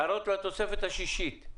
הערות לתוספת השישית?